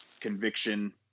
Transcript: conviction